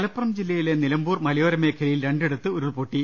മലപ്പുറം ജില്ലയിലെ നിലമ്പൂർ മലയോര മേഖലയിൽ രണ്ടിടത്ത് ഉരുൾപൊട്ടി